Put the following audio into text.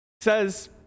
says